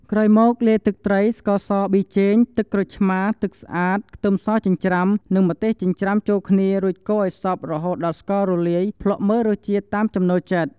ក្រោយមកលាយទឹកត្រី ស្ករស ប៊ីចេង ទឹកក្រូចឆ្មារ ទឹកស្អាត ខ្ទឹមសចិញ្ច្រាំ និងម្ទេសចិញ្ច្រាំចូលគ្នារួចកូរឲ្យសព្វរហូតដល់ស្កររលាយ ភ្លក់មើលរសជាតិតាមចំណូលចិត្ត។